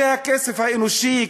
זה הכסף האנושי,